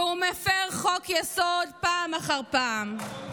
והוא מפר חוק-יסוד פעם אחר פעם.